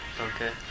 Okay